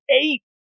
eight